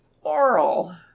oral